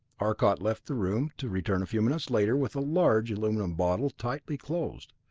arcot left the room, to return a few minutes later with a large aluminum bottle, tightly closed.